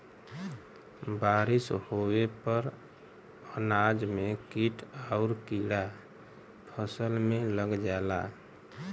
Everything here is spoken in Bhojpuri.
बारिस होये पर अनाज में कीट आउर कीड़ा फसल में लग जाला